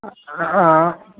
ஆ ஆ